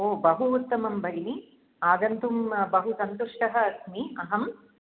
ओ बहु उत्तमं भगिनी आगन्तुं बहुसन्तुष्टः अस्मि अहम्